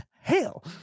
hell